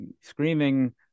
screaming